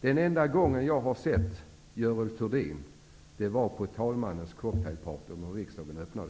Den enda gång jag har sett Görel Thurdin var på talmannens cocktailparty när riksdagen öppnade!